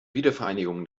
wiedervereinigung